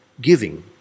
giving